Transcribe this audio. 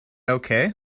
okay